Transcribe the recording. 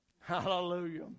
Hallelujah